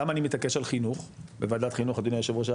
למה אני מתעקש על חינוך בוועדת חינוך אדוני היושב ראש?